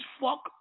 fuck